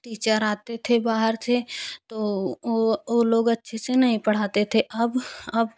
teacher आते थे बाहर से तो वो लोग अच्छे से नहीं पढ़ाते थे अब अब